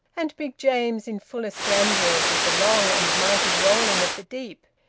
and big james in fullest grandeur did the long and mighty rolling of the deep.